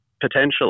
potentially